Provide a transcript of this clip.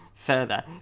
further